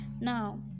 Now